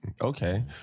Okay